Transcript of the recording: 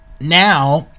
now